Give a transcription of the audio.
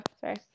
sorry